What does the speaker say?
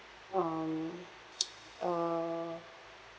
um uh